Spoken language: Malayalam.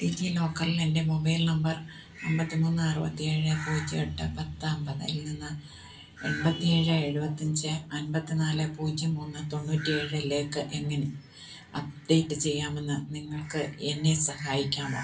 ഡിജിലോക്കറിൽ എൻ്റെ മൊബൈൽ നമ്പർ അമ്പത്തിമൂന്ന് അറുപത്തി ഏഴ് പൂജ്യം എട്ട് പത്ത് അമ്പതിൽനിന്ന് എൺപത്തി ഏഴ് എഴുപത്തഞ്ച് അമ്പത്തിനാല് പൂജ്യം മൂന്ന് തൊണ്ണൂറ്റേഴിലേക്ക് എങ്ങനെ അപ്ഡേറ്റ് ചെയ്യാമെന്ന് നിങ്ങൾക്ക് എന്നെ സഹായിക്കാമോ